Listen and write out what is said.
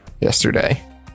yesterday